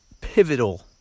pivotal